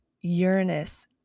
Uranus